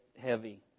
heavy